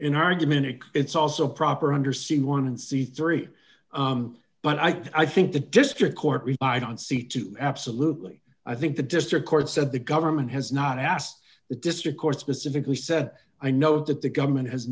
in argument it's also proper under see one and see three but i think the district court i don't see too absolutely i think the district court said the government has not asked the district court specifically said i know that the government has